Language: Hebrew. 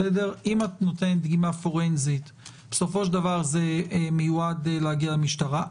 אם את נותנת דגימה פורנזית בסופו של דבר זה מיועד להגיע למשטרה.